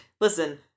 Listen